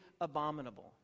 abominable